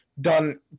done